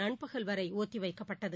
நண்பகல் வரை ஒத்திவைக்கப்பட்டது